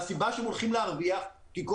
והסיבה שהם הולכים להרוויח היא מכיוון